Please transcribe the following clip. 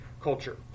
culture